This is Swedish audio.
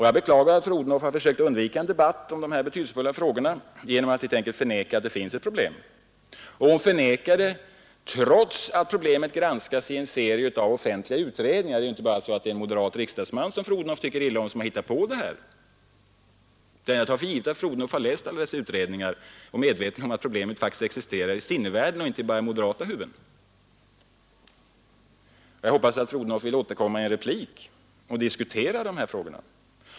Jag beklagar att fru Odhnoff har försökt undvika en debatt om dessa betydelsefulla frågor genom att helt enkelt förneka att det finns ett problem. Och fru Odhnoff förnekar det trots att problemet granskas i en serie av offentliga utredningar. Det är inte bara så att en moderat riksdagsman, som fru Odhnoff tycker illa om, har hittat på detta, utan jag tar för givet att fru Odhnoff har läst alla dessa utredningar och är medveten om att problemet faktiskt existerar i sinnevärlden och inte bara i moderata huvuden. Jag hoppas att fru Odhnoff vill återkomma i en replik och diskutera dessa frågor.